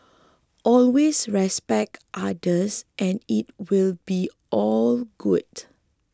always respect others and it will be all good